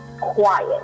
quiet